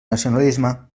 nacionalisme